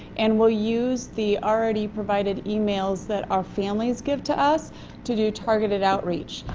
and will use the already provided emails that our families give to us to do targeted outreach.